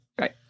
Right